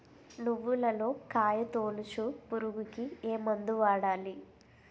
నువ్వులలో కాయ తోలుచు పురుగుకి ఏ మందు వాడాలి?